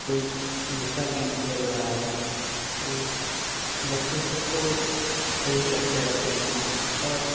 कोई दूसरा गेम खेल रहा है वो बच्चे सब तो यही करते रहते हैं और